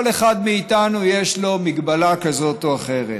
לכל אחד מאיתנו יש מגבלה כזאת או אחרת.